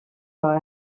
راه